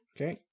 Okay